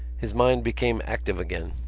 his mind became active again.